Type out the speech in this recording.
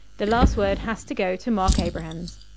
the last word has to go to mark abrahams.